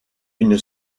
une